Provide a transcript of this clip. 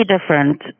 different